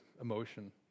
emotion